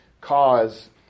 cause